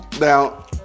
Now